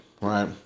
right